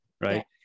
right